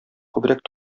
күбрәк